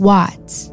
Watts